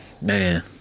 man